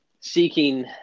seeking